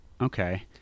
Okay